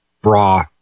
bra